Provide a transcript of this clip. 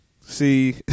see